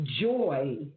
joy